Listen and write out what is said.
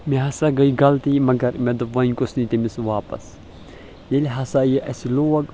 مےٚ ہسا گٔے غلطی مگر مےٚ دوٚپ وۄنۍ کُس نِیہِ تٔمِس واپس ییٚلہِ ہسا یہِ اسہِ لوگ